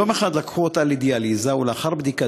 יום אחד לקחו אותה לדיאליזה ולאחר בדיקת